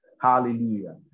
Hallelujah